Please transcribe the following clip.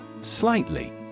Slightly